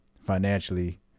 financially